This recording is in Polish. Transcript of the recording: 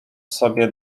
sobie